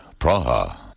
Praha